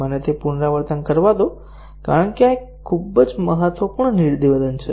મને તે પુનરાવર્તન કરવા દો કારણ કે આ એક ખૂબ જ મહત્વપૂર્ણ નિવેદન છે